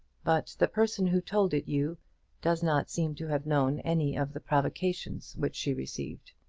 but the person who told it you does not seem to have known any of the provocations which she received.